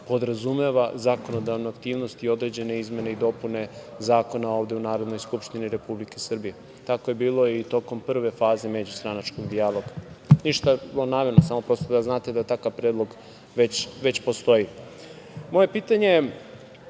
podrazumeva zakonodavnu aktivnost i određene izmene i dopune zakona ovde u Narodnoj skupštini Republike Srbije. Tako je i bilo i tokom prve faze međustranačkog dijaloga. Ništa zlonamerno, samo prosto da znate da takav predlog već postoji. Moje pitanje je